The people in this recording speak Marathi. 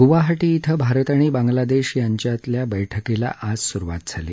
गुवाहाटी क्विं भारत आणि बांगलादेश यांच्यातल्या बैठकीला आज सुरुवात झाली